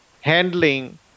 handling